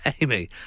Amy